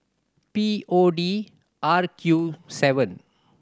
P O D R Q seven